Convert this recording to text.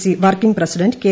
C working president K